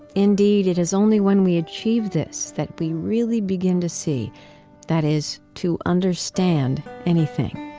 indeed, it is only when we achieve this that we really begin to see that is, to understand anything.